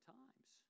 times